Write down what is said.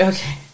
Okay